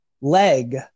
leg